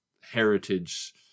heritage